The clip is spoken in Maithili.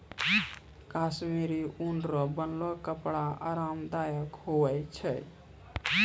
कश्मीरी ऊन रो बनलो कपड़ा आराम दायक हुवै छै